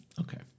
okay